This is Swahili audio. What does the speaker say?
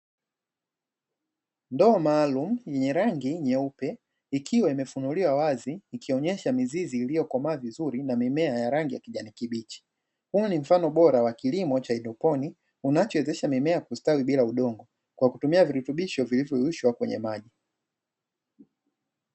Ndoo maalumu yenye rangi nyeupe ikiwa imefunuliwa wazi ikioonyesha mizizi iliyokomaa vizuri, mimea ya rangi ya kijani kibichi. Huu ni mfano bora wa kilimo bora cha haidroponi, unachowezesha mimea kustawi bila udongo kwa kutumia virutubisho vilivyoyeyushwa kwenye maji.